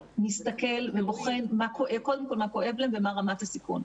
מסתכל ובוחן קודם כל מה כואב להם ומה רמת הסיכון.